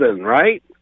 right